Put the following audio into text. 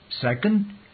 Second